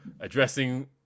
addressing